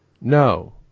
No